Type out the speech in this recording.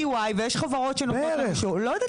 ויש חברות שנותנות לנו שירות.